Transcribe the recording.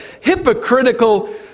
hypocritical